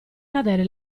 cadere